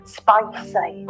spicy